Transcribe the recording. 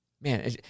Man